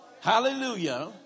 hallelujah